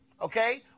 Okay